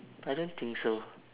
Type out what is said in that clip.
I don't think so